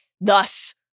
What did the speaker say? Thus